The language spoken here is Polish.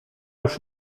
już